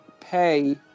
pay